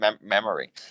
memory